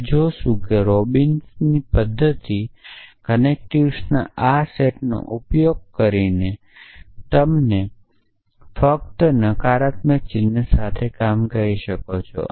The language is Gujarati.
આપણે જોશું કે રોબિન્સનની પદ્ધતિ કનેક્ટિવ્સના આ સેટનો ઉપયોગ કરીને તમે ફક્ત નકારાત્મક ચિન્હ સાથે કામ કરી શકો છો